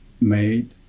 made